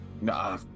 No